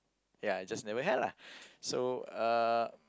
ya I just never had lah so uh